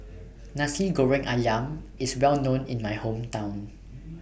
Nasi Goreng Ayam IS Well known in My Hometown